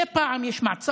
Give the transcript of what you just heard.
דרך שתסייע גם להם,